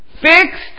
Fixed